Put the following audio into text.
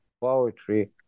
poetry